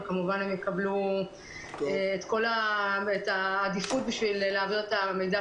וכמובן שהם יקבלו את העדיפות בשביל להעביר את המידע